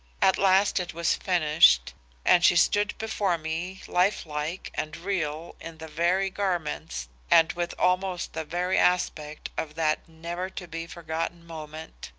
at last it was finished and she stood before me life-like and real in the very garments and with almost the very aspect of that never to be forgotten moment.